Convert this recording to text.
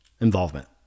involvement